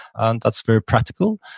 and that's very practical,